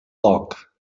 block